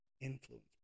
influence